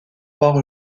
avoir